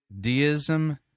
deism